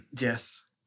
yes